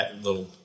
little